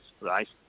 right